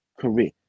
career